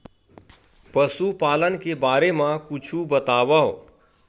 पशुपालन के बारे मा कुछु बतावव?